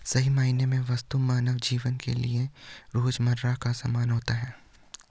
सही मायने में वस्तु मानव जीवन के लिये रोजमर्रा का सामान होता है